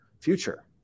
future